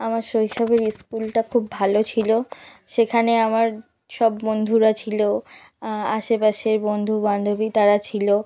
আমার শৈশবের স্কুলটা খুব ভালো ছিলো সেখানে আমার সব বন্ধুরা ছিলো আশেপাশে বন্ধু বান্ধবী তারা ছিলো